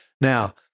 Now